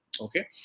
Okay